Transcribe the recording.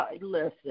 Listen